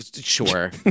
Sure